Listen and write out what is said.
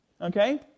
Okay